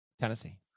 Tennessee